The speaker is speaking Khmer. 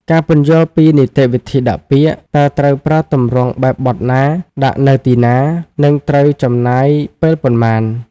ការពន្យល់ពីនីតិវិធីដាក់ពាក្យ តើត្រូវប្រើទម្រង់បែបបទណា ដាក់នៅទីណា និងត្រូវចំណាយពេលប៉ុន្មាន។